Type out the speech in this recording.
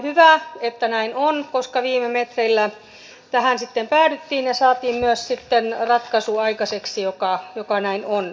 hyvä että näin on koska viime metreillä tähän sitten päädyttiin ja saatiin myös aikaiseksi ratkaisu joka näin on